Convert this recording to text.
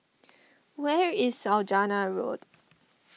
where is Saujana Road